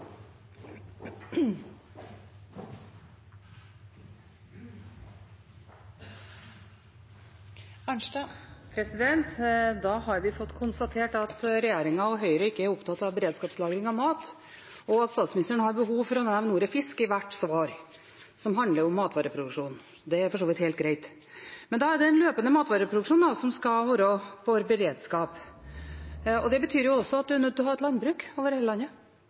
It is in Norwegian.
beredskapslagring av mat, og at statsministeren har behov for å nevne ordet fisk i hvert svar som handler om matvareproduksjon. Det er for så vidt helt greit. Men da er det en løpende matvareproduksjon som skal være vår beredskap. Det betyr jo også at en er nødt til å ha et landbruk over hele landet,